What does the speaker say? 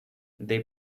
they